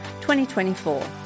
2024